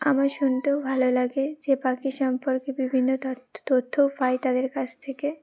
আমার শুনতেও ভালো লাগে যে পাখি সম্পর্কে বিভিন্ন তথ্যও পাই তাদের কাছ থেকে